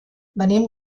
venim